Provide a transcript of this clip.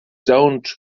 don’t